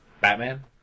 Batman